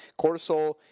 Cortisol